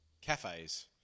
cafes